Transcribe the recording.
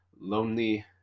lonely